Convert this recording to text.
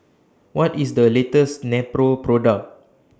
What IS The latest Nepro Product